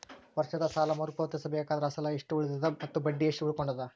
ವರ್ಷದ ಸಾಲಾ ಮರು ಪಾವತಿಸಬೇಕಾದರ ಅಸಲ ಎಷ್ಟ ಉಳದದ ಮತ್ತ ಬಡ್ಡಿ ಎಷ್ಟ ಉಳಕೊಂಡದ?